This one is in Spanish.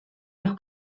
los